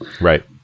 Right